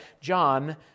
John